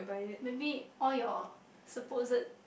maybe all your supposed